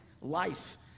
life